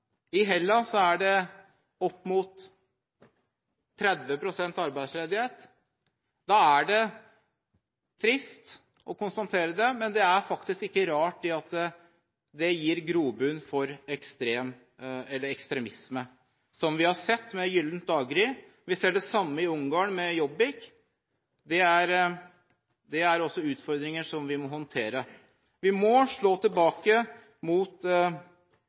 I Hellas er det opp mot 30 pst. arbeidsledighet. Det er trist å konstatere, men det er faktisk ikke rart at det gir grobunn for ekstremisme – som vi har sett med Gyllent daggry. Vi ser det samme i Ungarn med Jobbik. Det er utfordringer som vi må håndtere. Vi må slå tilbake mot